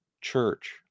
church